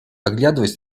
оглядываясь